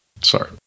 Sorry